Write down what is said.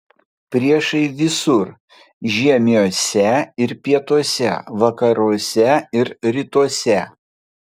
priešai visur žiemiuose ir pietuose vakaruose ir rytuose